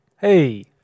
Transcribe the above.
Hey